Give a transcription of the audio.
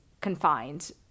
confined